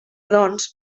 doncs